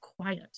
quiet